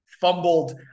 fumbled